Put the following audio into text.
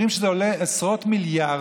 אומרים שזה עולה עשרות מיליארדים.